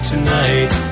Tonight